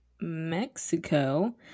mexico